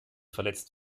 verletzt